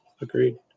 agreed